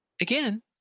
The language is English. again